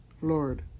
Lord